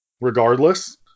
regardless